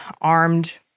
Armed